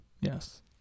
Yes